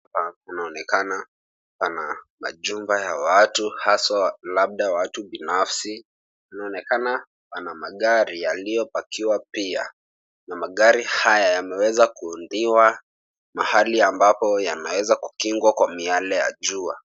Hapa kunaonekana pana majumba ya watu haswa labda watu binafsi. Inaonekana wana magari yaliyopakiwa pia na magari haya yameweza kuundiwa mahali ambapo yanaweza kukingwa kwa miale ya jua.